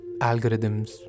algorithms